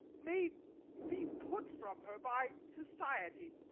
may be put from her by society